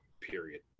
period